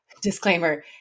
Disclaimer